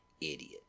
idiot